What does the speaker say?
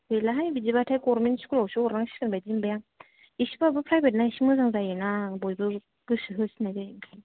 गैलाहाय बिदिब्लाथाय government school आवसो हरनांसिगोन बादि मोनबाय आं इसेबाबो प्राइभेट ना इसे मोजां जायोना बयबो गोसो होसिन्नाय जायो